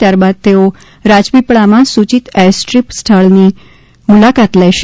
ત્યારબાદ તેઓ રાજપીપલામાં સૂચિત એરસ્ટ્રીપ સ્થળની મુલાકાત લેશે